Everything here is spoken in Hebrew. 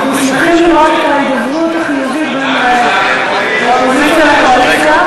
אנחנו שמחים לראות את ההידברות החיובית בין האופוזיציה לקואליציה,